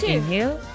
Inhale